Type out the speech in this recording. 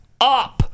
up